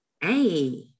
hey